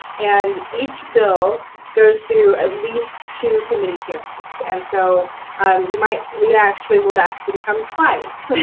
and each bill goes through at least two committee hearings, and so you might we actually would ask you to come twice.